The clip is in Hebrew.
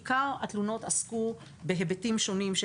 עיקר התלונות עסקו בהיבטים שונים של